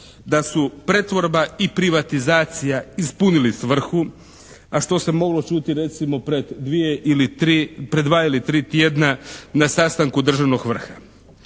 da su pretvorba i privatizacija ispunili svrhu a što se moglo čuti pred dva ili tri tjedna na sastanku državnog vrha.